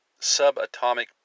subatomic